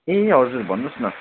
ए हजुर भन्नुहोस् न